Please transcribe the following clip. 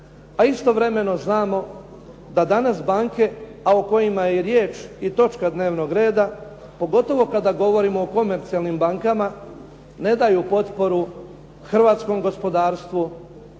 a istovremeno znamo da danas banke o kojima je i riječi i točka dnevnog reda, pogotovo kada govorimo o komercijalnim bankama, ne daju potporu hrvatskom gospodarstvu